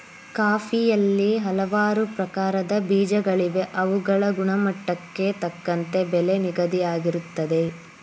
ಕಾಫಿಯಲ್ಲಿ ಹಲವಾರು ಪ್ರಕಾರದ ಬೇಜಗಳಿವೆ ಅವುಗಳ ಗುಣಮಟ್ಟಕ್ಕೆ ತಕ್ಕಂತೆ ಬೆಲೆ ನಿಗದಿಯಾಗಿರುತ್ತದೆ